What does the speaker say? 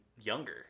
younger